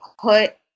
put